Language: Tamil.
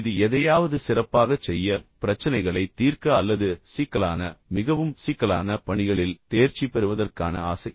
இது எதையாவது சிறப்பாகச் செய்ய பிரச்சனைகளை தீர்க்க அல்லது சிக்கலான மிகவும் சிக்கலான பணிகளில் தேர்ச்சி பெறுவதற்கான ஆசை